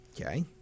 Okay